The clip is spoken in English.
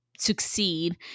succeed